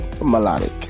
melodic